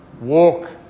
Walk